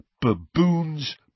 baboon's